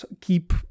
keep